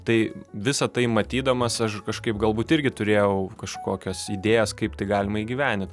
tai visa tai matydamas aš kažkaip galbūt irgi turėjau kažkokias idėjas kaip tai galima įgyvendint